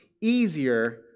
easier